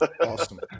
Awesome